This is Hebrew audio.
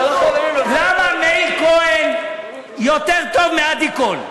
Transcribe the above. למה מאיר כהן יותר טוב מעדי קול?